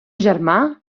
germà